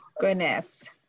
goodness